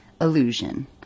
Illusion